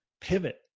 pivot